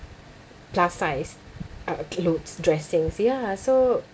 plus size uh clothes dressings ya so